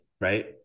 Right